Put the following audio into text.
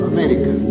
America